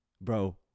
bro